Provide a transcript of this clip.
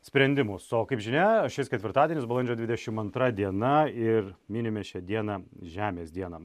sprendimus o kaip žinia šis ketvirtadienis balandžio dvidešimt antra diena ir minime šią dieną žemės dieną